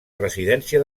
residència